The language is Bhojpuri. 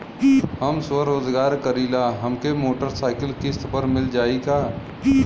हम स्वरोजगार करीला हमके मोटर साईकिल किस्त पर मिल जाई का?